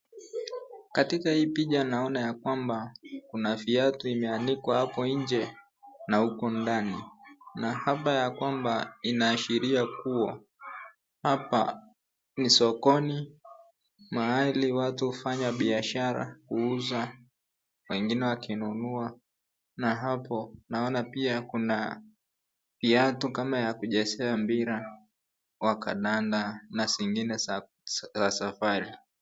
Katika hii picha naona ya kwamba kuna viatu imeanikwa hapo nje na huko ndani na hapa ya kwamba inaashiria kuwa hapa ni sokoni mahali watu hufanya biashara kuuza wengine wakinunua na hapo naona kuna kiatu ya kuchezea mpira wa kandanda na zingine za safari.